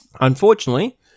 Unfortunately